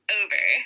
over